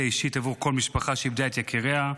אישית עבור כל משפחה שאיבדה את יקיריה,